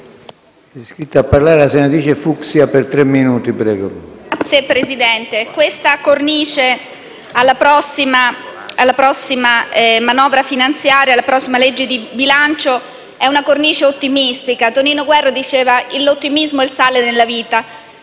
Signor Presidente, questa cornice alla prossima manovra finanziaria, alla prossima legge di bilancio, è una cornice ottimistica. Tonino Guerra diceva che l'ottimismo è il sale della vita.